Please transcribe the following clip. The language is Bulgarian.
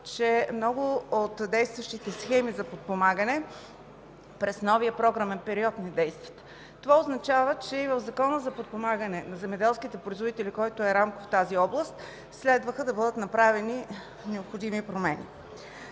че много от действащите схеми за подпомагане през новия програмен период не действат. Това означава, че и в Закона за подпомагане на земеделските производители, който е рамков в тази област, следваше да бъдат направени необходими промени.